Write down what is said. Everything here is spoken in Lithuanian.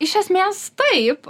iš esmės taip